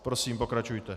Prosím, pokračujte.